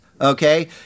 okay